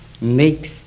makes